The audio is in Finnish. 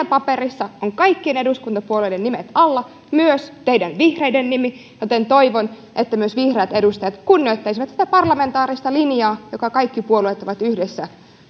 paperissa on kaikkien eduskuntapuolueiden nimet alla myös teidän vihreiden nimi joten toivon että myös vihreät edustajat kunnioittaisivat sitä parlamentaarista linjaa jonka kaikki puolueet ovat yhdessä